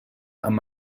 amb